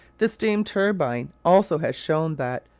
the steam-turbine also has shown that,